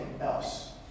else